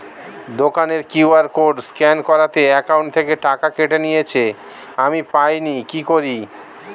দোকানের QR code scan করাতে account থেকে টাকা কেটে নিয়েছে, আমি পাইনি কি করি?